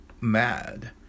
mad